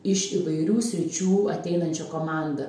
iš įvairių sričių ateinančia komanda